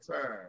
time